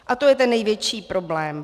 A to je ten největší problém.